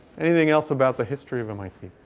anything else about the history of mit?